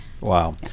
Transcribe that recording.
Wow